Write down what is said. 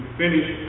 finish